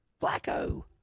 flacco